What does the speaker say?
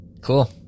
Cool